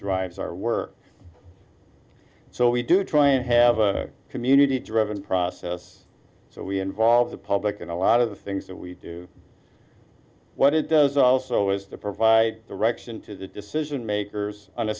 drives our work so we do try and have a community driven process so we involve the public and a lot of the things that we do what it does also is to provide direction to the decision makers an